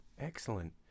Excellent